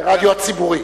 ורדיו הציבורי.